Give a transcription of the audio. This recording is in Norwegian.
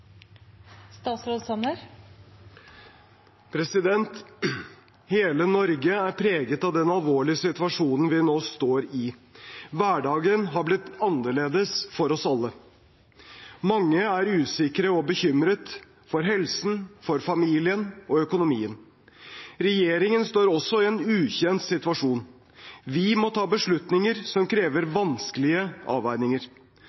preget av den alvorlige situasjonen vi nå står i. Hverdagen har blitt annerledes for oss alle. Mange er usikre og bekymret, for helsen, for familien og for økonomien. Regjeringen står også i en ukjent situasjon. Vi må ta beslutninger som krever